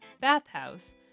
bathhouse